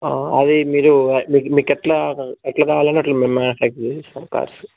అది మీరు మీ మీకు ఎలా ఎలా కావాలంటే అలా మేము మ్యానుఫ్యాక్చర్ చేసి ఇస్తాము కార్స్